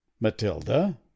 Matilda